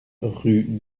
rue